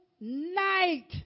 night